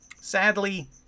Sadly